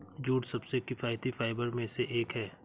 jute सबसे किफायती fibre में से एक है